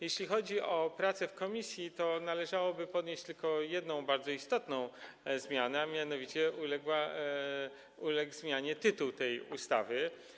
Jeśli chodzi o pracę w komisji, to należałoby wspomnieć tylko o jednej bardzo istotnej zmianie, a mianowicie uległ zmianie tytuł tej ustawy.